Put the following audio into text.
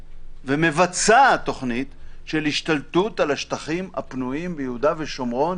ומבצעת תוכנית של השתלטות על השטחים הפנויים ביהודה ושומרון